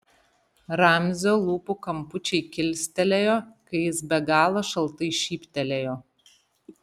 ramzio lūpų kampučiai kilstelėjo kai jis be galo šaltai šyptelėjo